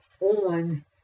on